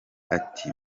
ati